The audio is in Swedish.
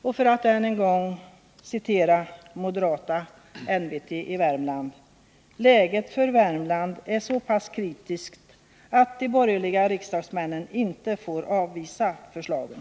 Jag citerar än en gång moderata NWT i Värmland: Läget för Värmland är så pass kritiskt att de borgerliga riksdagsmännen inte får avvisa förslagen.